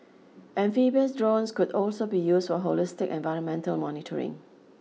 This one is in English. amphibious drones could also be used for holistic environmental monitoring